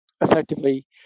effectively